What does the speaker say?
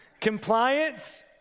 Compliance